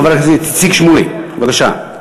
חבר הכנסת איציק שמולי, בבקשה.